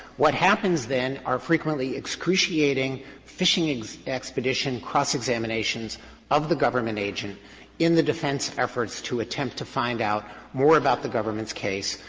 what happens, then, are frequently excruciating fishing expedition cross-examinations of the government agent in the defense efforts to attempt to find out more about the government's case,